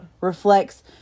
reflects